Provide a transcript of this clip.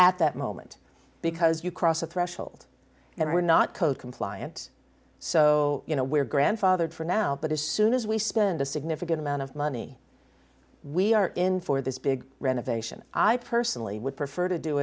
at that moment because you cross a threshold that we're not code compliant so you know we're grandfathered for now but as soon as we spend a significant amount of money we are in for this big renovation i personally would prefer to do